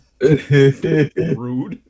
rude